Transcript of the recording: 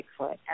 Bigfoot